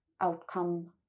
outcome